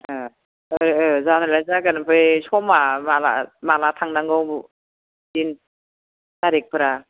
जानायालाय जागोन ओमफ्राय समा माब्ला माब्ला थांनांगौ दिन थारिखफोरा